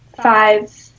five